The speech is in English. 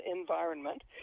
environment